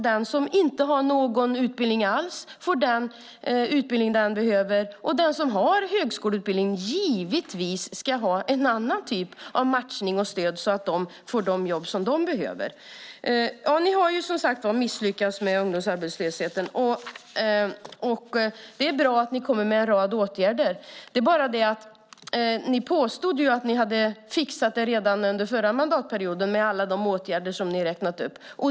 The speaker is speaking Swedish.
Den som inte har någon utbildning alls ska få den utbildning den behöver. De som har högskoleutbildning ska givetvis ha en annan typ av matchning och stöd så att de får de jobb de passar för. Ni har, som sagt, misslyckats när det gäller arbetslösheten. Det är bra att ni kommer med en rad åtgärder. Ni påstod att ni hade fixat det redan under den förra mandatperioden med alla de åtgärder som ni har räknat upp.